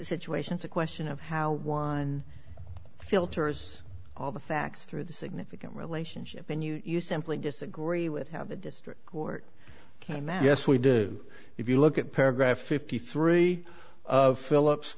situation it's a question of how one filters all the facts through the significant relationship when you simply disagree with how the district court and then yes we do if you look at paragraph fifty three of philips